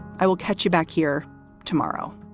i will catch you back here tomorrow